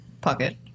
pocket